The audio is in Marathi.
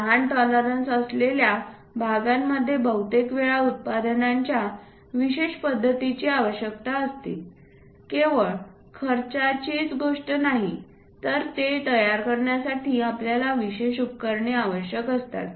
लहान टॉलरन्स असलेल्या भागांमध्ये बहुतेक वेळा उत्पादनांच्या विशेष पद्धतींची आवश्यकता असते केवळ खर्चाचीच गोष्ट नाही तर ते तयार करण्यासाठी आपल्याला विशेष उपकरणे आवश्यक असतात